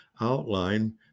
outline